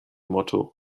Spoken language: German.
motto